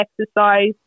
exercise